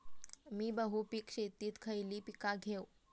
मी बहुपिक शेतीत खयली पीका घेव?